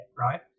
right